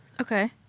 Okay